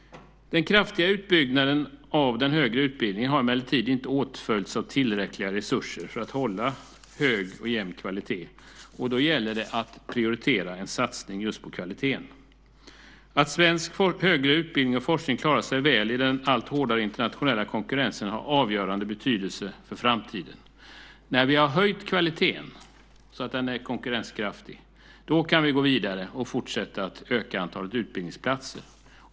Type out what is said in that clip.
Den kraftiga utbyggnaden av den högre utbildningen har emellertid inte åtföljts av tillräckliga resurser för att hålla hög och jämn kvalitet, och då gäller det att prioritera en satsning just på kvaliteten. Att svensk högre utbildning och forskning klarar sig väl i den allt hårdare internationella konkurrensen har avgörande betydelse för framtiden. När vi har höjt kvaliteten så att den är konkurrenskraftig kan vi gå vidare och fortsätta att öka antalet utbildningsplatser.